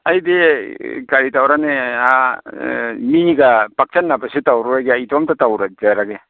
ꯑꯩꯗꯤ ꯀꯔꯤ ꯇꯧꯔꯅꯤ ꯃꯤꯒ ꯄꯛꯁꯤꯟꯅꯕꯁꯤ ꯇꯧꯔꯣꯏꯒꯦ ꯏꯇꯣꯝꯇ ꯇꯧꯔꯖꯔꯒꯦ